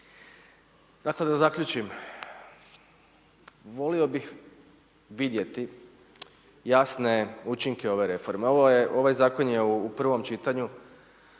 Dakle da zaključim, volio bih vidjeti jasne učinke ove reforme, ovaj zakon je u prvom čitanju,